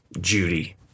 Judy